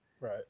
right